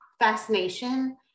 fascination